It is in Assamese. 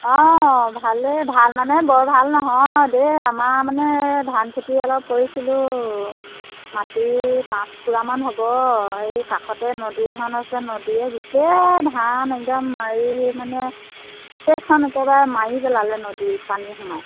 অঁ ভালেই ভাল মানে বৰ ভাল নহয় দেই আমাৰ মানে ধানখেতি অলপ কৰিছিলোঁ মাটি পাঁচ পুৰামান হ'ব এই কাষতে নদী এখন আছে নদীয়ে গোটেই ধান একদম মাৰি মানে গোটেইখন একেবাৰে মাৰি পেলালে নদী পানী সোমাই